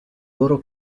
loro